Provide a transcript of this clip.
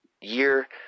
year